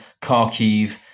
Kharkiv